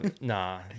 nah